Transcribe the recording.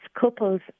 couples